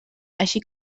així